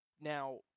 Now